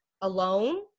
alone